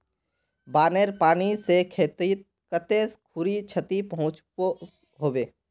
बानेर पानी से खेतीत कते खुरी क्षति पहुँचो होबे?